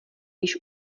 již